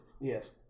Yes